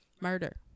murder